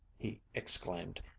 he exclaimed.